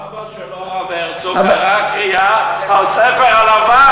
סבא שלו, הרב הרצוג, קרע קריעה על הספר הלבן.